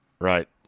Right